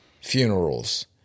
funerals